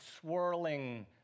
swirling